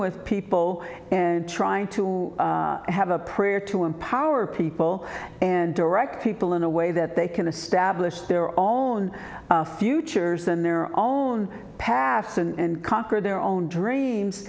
with people and trying to have a prayer to empower people and direct people in a way that they can establish their own futures and their own paths and conquer their own dreams